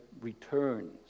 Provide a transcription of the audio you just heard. returns